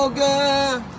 good